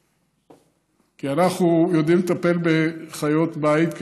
כי אנחנו יודעים לטפל בחיות בית,